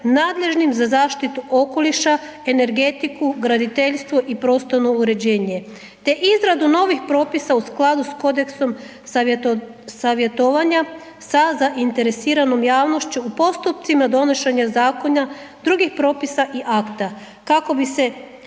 nadležnim za zaštitu okoliša, energetiku, graditeljstvo i prostorno uređenje te izradu novih propisa u skladu s kodeksom savjetovanja sa zainteresiranom javnošću u postupcima donošenja zakona, drugih propisa i akta kako bi se